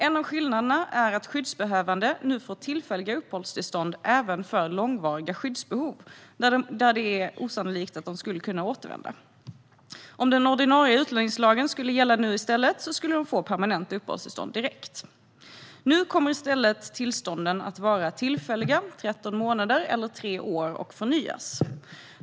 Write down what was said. En av skillnaderna är att skyddsbehövande nu får tillfälliga uppehållstillstånd även för långvariga skyddsbehov när det är osannolikt att de skulle kunna återvända. Om den ordinarie utlänningslagen skulle gälla nu skulle de få permanenta uppehållstillstånd direkt. Nu kommer i stället tillstånden att vara tillfälliga - 13 månader eller 3 år - och förnyas.